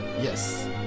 yes